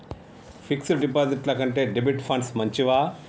Fix డ్ డిపాజిట్ల కంటే డెబిట్ ఫండ్స్ మంచివా?